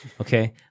okay